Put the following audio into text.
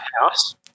house